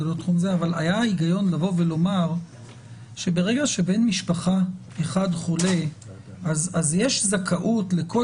אבל היה היגיון לומר שברגע שבן משפחה אחד חולה אז יש זכאות לכל